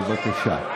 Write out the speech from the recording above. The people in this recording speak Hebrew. בבקשה.